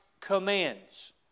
commands